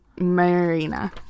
Marina